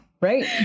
Right